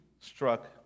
struck